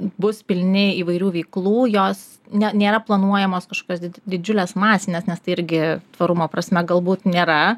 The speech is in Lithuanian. bus pilni įvairių veiklų jos ne nėra planuojamos kažkokios didžiulės masinės nes tai irgi tvarumo prasme galbūt nėra